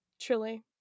Truly